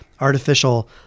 artificial